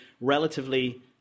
relatively